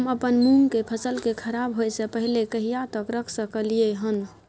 हम अपन मूंग के फसल के खराब होय स पहिले कहिया तक रख सकलिए हन?